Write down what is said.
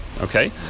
Okay